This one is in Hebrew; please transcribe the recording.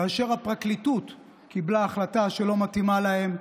כאשר הפרקליטות קיבלה החלטה שלא מתאימה להם,